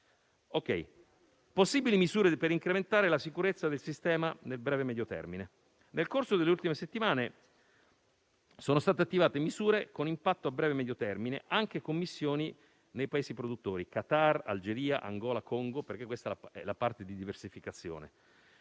alle possibili misure per incrementare la sicurezza del sistema nel breve e medio termine, nel corso delle ultime settimane sono state attivate misure con impatto a breve e medio termine, anche con missioni nei Paesi produttori (Qatar, Algeria, Angola e Congo) - perché questa è la parte di diversificazione